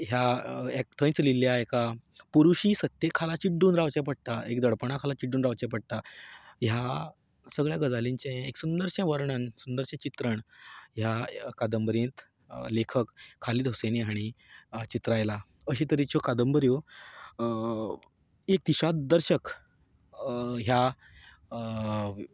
ह्या थंय चलिल्ल्या एक पुरुशी सत्ते खाला चिड्डून रावचें पडटा एक धडपणा खाला चिड्डून रावचें पडटा ह्या सगळ्यां गजालींचें एक सुंदरशें वर्णन सुंदरशें चित्रण ह्या कादंबरींत लेखक खालीद हुसैन हांणी चित्रण घातलां अशे तरेच्यो कादंबऱ्यो एक दिशा दर्शक ह्या